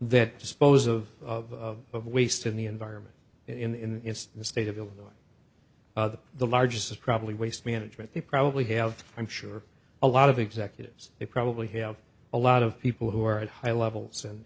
dispose of of waste in the environment in the state of illinois the the largest is probably waste management they probably have i'm sure a lot of executives they probably have a lot of people who are at high levels and